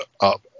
up